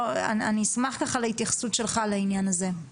אני אשמח ככה להתייחסות שלך לעניין הזה.